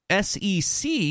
SEC